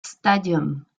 stadium